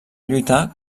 lluitar